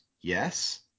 yes